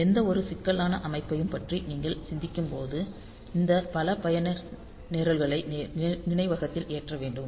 எந்தவொரு சிக்கலான அமைப்பையும் பற்றி நீங்கள் சிந்திக்கும்போது இந்த பல பயனர் நிரல்களை நினைவகத்தில் ஏற்ற வேண்டும்